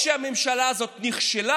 לא רק שהממשלה הזאת נכשלה,